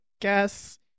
guess